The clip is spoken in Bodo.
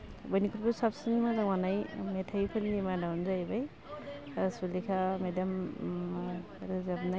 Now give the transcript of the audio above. बयनिख्रुइबो साबसिन मोजां मोननाय मेथाइफोरनि मादावनो जाहैबाय सुलेखा मेदाम रोजाबनाय